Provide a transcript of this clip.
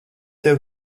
tev